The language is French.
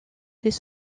des